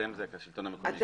'אתם' זה השלטון המקומי.